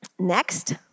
Next